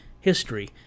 history